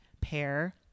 pair